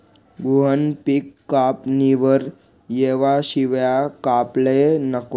गहूनं पिक कापणीवर येवाशिवाय कापाले नको